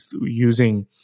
using